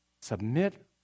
Submit